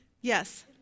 yes